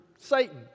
Satan